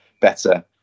better